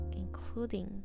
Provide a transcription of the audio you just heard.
including